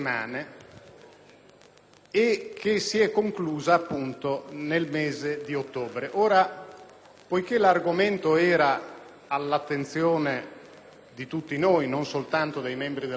e che si è conclusa nel mese di ottobre. Poiché l'argomento era all'attenzione di tutti e non soltanto dei membri della Giunta,